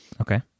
Okay